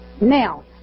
Now